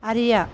அறிய